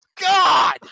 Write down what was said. God